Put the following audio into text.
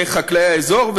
לחקלאי האזור,